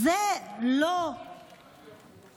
זו לא האווירה